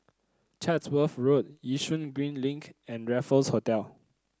Chatsworth Road Yishun Green Link and Raffles Hotel